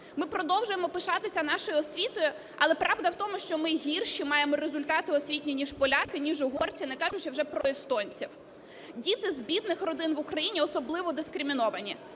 Ми продовжуємо пишатися нашою освітою, але правда в тому, що ми гірші маємо результати освіті, ніж поляки, ніж угорці, не кажучи вже про естонців. Діти з бідних родин в Україні особливо дискриміновані.